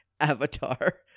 Avatar